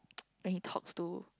when he talks to